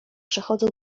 przechodzą